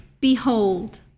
Behold